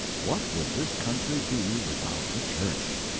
what would this country be without the church?